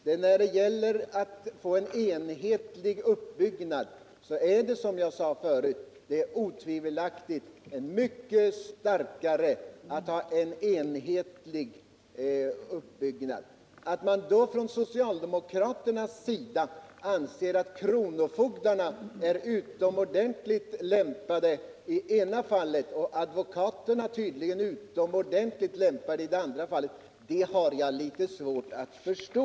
Som jag sade tidigare är det otvivelaktigt mycket starkare att ha en enhetlig uppbyggnad. Att man då på socialdemokratisk sida anser att kronofogdarna är utomordentligt väl lämpade i det ena fallet men att advokaterna tydligen är utomordentligt väl lämpade i det andra fallet har jag litet svårt att förstå.